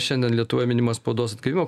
šiandien lietuvoj minima spaudos atgavimo